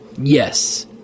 yes